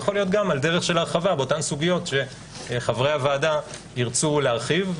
יכול להיות על דרך הרחבה באותן סוגיות שחברי הוועדה ירצו להרחיב.